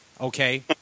Okay